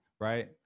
right